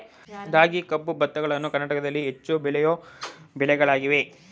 ರಾಗಿ, ಕಬ್ಬು, ಭತ್ತಗಳನ್ನು ಕರ್ನಾಟಕದಲ್ಲಿ ಹೆಚ್ಚು ಬೆಳೆಯೋ ಬೆಳೆಗಳಾಗಿವೆ